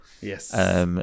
Yes